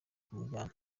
kumujyana